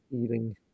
eating